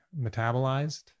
metabolized